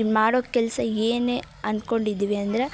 ಈ ಮಾಡೋ ಕೆಲಸ ಏನೇ ಅಂದ್ಕೊಂಡಿದ್ವಿ ಅಂದ್ರೆ